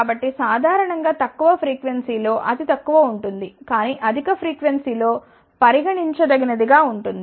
కాబట్టి సాధారణం గా తక్కువ ఫ్రీక్వెన్సీ లో అతితక్కువ ఉంటుంది కానీ అధిక ఫ్రీక్వెన్సీ లో పరిగణించదగినదిగా ఉంటుంది